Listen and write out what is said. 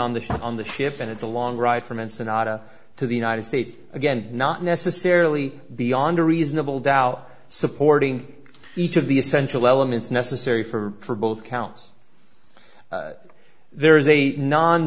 on the on the ship and it's a long ride from an sonata to the united states again not necessarily beyond a reasonable doubt supporting each of the essential elements necessary for both counts there is a non